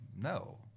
no